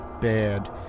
bad